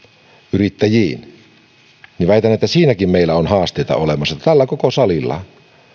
yrittäjiin niin väitän että siinäkin meillä on haasteita olemassa tällä koko salilla